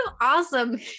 awesome